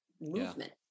movement